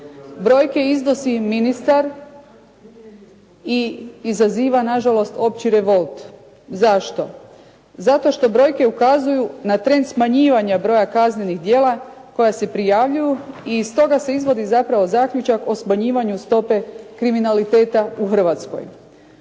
Brojke iznosi ministar i izaziva nažalost opći revolt. Zašto? Zato što brojke ukazuju na trend smanjivanja broja kaznenih djela koja se prijavljuju i iz toga se izvodi zapravo zaključak o smanjivanju stope kriminaliteta u Hrvatskoj.